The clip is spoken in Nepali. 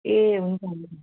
ए हुन्छ हुन्छ